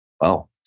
Wow